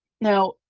Now